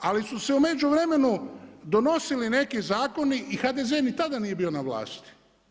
Ali su se u međuvremenu donosili neki zakoni i HDZ ni tada nije bio na vlati.